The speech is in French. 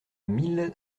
mille